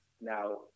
now